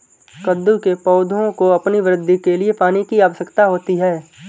कद्दू के पौधों को अपनी वृद्धि के लिए पानी की आवश्यकता होती है